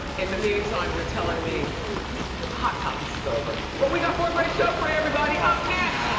in the mean time, they're telling me hot topics is over. but we got more great show for you everybody. up next,